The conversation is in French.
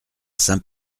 saint